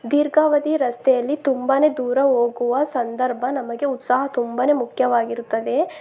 ದೀರ್ಘಾವಧಿ ರಸ್ತೆಯಲ್ಲಿ ತುಂಬ ದೂರ ಹೋಗುವ ಸಂದರ್ಭ ನಮಗೆ ಉತ್ಸಾಹ ತುಂಬಾ ಮುಖ್ಯವಾಗಿರುತ್ತದೆ